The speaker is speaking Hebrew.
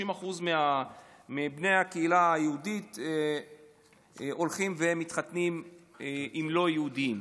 30% מבני הקהילה היהודית הולכים ומתחתנים עם לא יהודים.